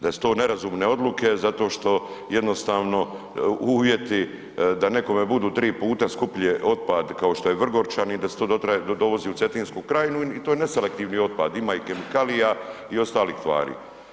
Da su to nerazumne odluke zato što jednostavno uvjeti da nekome budu 3 puta skuplje otpad kao što je Vrgorčani i da se to dovodi u Cetinsku krajinu i to je neselektivni otpad ima i kemikalija i ostalih tvari.